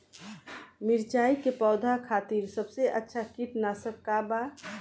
मिरचाई के पौधा खातिर सबसे अच्छा कीटनाशक का बा?